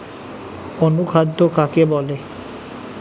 অনুখাদ্য কাকে বলে?